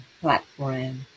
platform